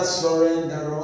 surrender